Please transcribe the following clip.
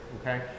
okay